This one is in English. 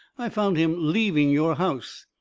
i found him leaving your house.